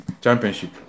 Championship